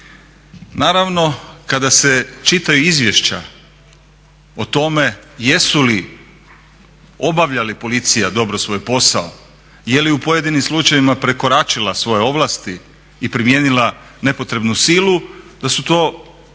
Naravno kada se čitaju izvješća o tome obavlja li policija svoj posao, je li u pojedinim slučajevima prekoračila svoje ovlasti i primijenila nepotrebnu silu da su to različiti